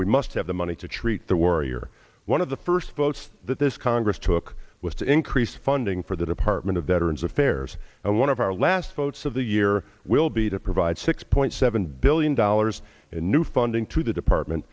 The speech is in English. we must have the money to treat the warrior one of the first votes that this congress took was to increase funding for the department of veterans affairs and one of our last votes of the year will be to provide six point seven billion dollars in new funding to the department